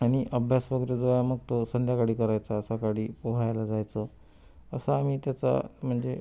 आणि अभ्यास वगैरे जरा मग संध्याकाळी करायचा सकाळी पोहायला जायचं असा आम्ही त्याचा म्हणजे